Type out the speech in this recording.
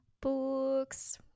books